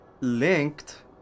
linked